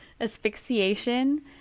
Asphyxiation